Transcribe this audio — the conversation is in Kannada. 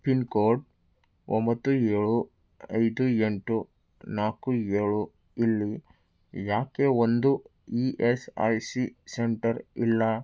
ಪಿನ್ ಕೋಡ್ ಒಂಬತ್ತು ಏಳು ಐದು ಎಂಟು ನಾಲ್ಕು ಏಳು ಇಲ್ಲಿ ಯಾಕೆ ಒಂದು E S I C centre ಇಲ್ಲ